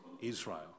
Israel